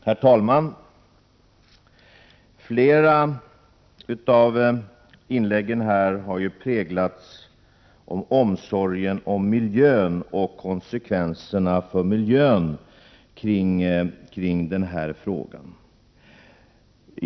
Herr talman! Flera av inläggen har präglats av omsorg om miljön och rört sig om konsekvenserna för miljön.